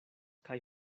kaj